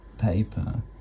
paper